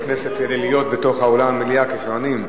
הכנסת להיות באולם המליאה כשעונים,